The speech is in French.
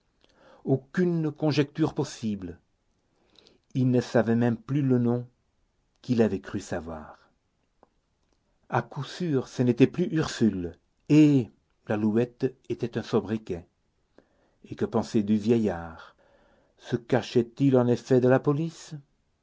aucune conjecture possible il ne savait même plus le nom qu'il avait cru savoir à coup sûr ce n'était plus ursule et l'alouette était un sobriquet et que penser du vieillard se cachait il en effet de la police